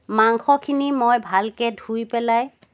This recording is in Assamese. মাংসখিনি মই ভালকৈ ধুই পেলাই